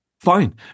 Fine